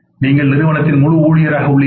நீங்கள் நிறுவனத்தின் முழு ஊழியராக உள்ளீர்கள்